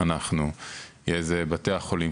בתי החולים,